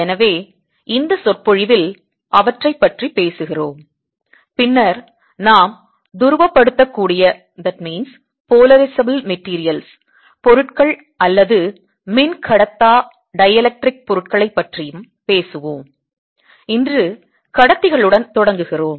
எனவே இந்த சொற்பொழிவில் அவற்றைப் பற்றி பேசுகிறோம் பின்னர் நாம் துருவப்படுத்தக்கூடிய பொருட்கள் அல்லது மின்கடத்தா பொருட்களைப் பற்றியும் பேசுவோம் இன்று கடத்திகளுடன் தொடங்குகிறோம்